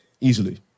easily